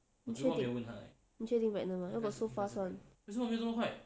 你确定你确定 pregnant mah where got so fast [one]